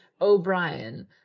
O'Brien